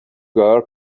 girl